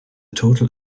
total